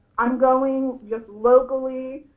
i'm going just locally.